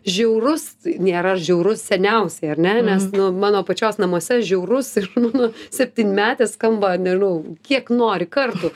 žiaurus nėra žiaurus seniausiai ar ne nes nu mano pačios namuose žiaurus iš mano septynmetės skamba nežinau kiek nori kartų